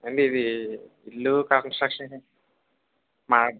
ఏమండి ఇదీ ఇళ్ళు కన్స్ట్రక్షన్ మా